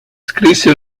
scrisse